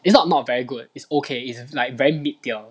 it's not not very good is okay is like very mid tier